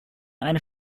eine